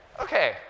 okay